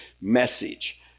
message